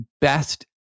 best